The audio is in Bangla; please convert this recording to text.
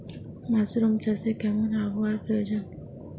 মাসরুম চাষে কেমন আবহাওয়ার প্রয়োজন?